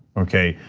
okay,